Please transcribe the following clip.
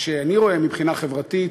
שאני רואה מבחינה חברתית,